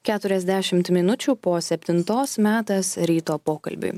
keturiasdešimt minučių po septintos metas ryto pokalbiui